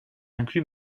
inclut